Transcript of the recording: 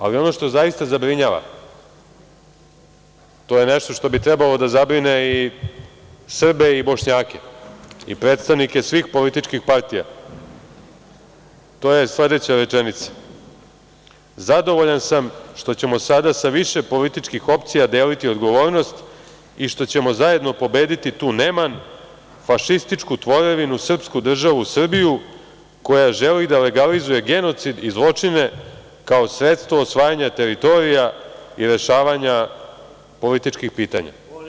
Ali, ono što zaista zabrinjava, to je nešto što bi trebalo da zabrine i Srbe i Bošnjake i predstavnike svih političkih partija, to je sledeća rečenica: „Zadovoljan sam što ćemo sada sa više političkih opcija deliti odgovornost i što ćemo zajedno pobediti tu neman, fašističku tvorevinu, srpsku državu Srbiju koja želi da legalizuje genocid i zločine, kao sredstvo osvajanja teritorija i rešavanja političkih pitanja“